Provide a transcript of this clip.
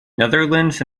netherlands